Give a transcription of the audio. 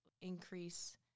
increase